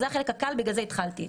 זה החלק הקל ולכן התחלתי איתו.